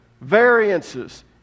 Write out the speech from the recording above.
variances